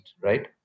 right